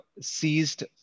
seized